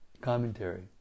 Commentary